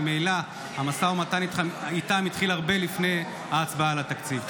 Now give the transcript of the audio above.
ממילא המשא ומתן איתם התחיל הרבה לפני ההצבעה על התקציב.